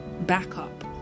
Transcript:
backup